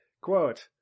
Quote